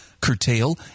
curtail